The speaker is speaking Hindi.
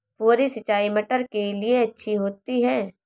फुहारी सिंचाई मटर के लिए अच्छी होती है?